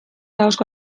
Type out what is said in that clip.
ahozko